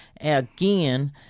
again